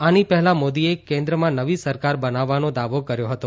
આની પહેલા મોદીએ કેન્દ્રમાં નવી સરકાર બનાવવાનો દાવો કર્યો હતો